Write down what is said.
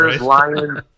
lions